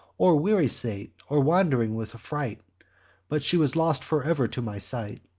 or weary sate, or wander'd with affright but she was lost for ever to my sight.